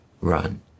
run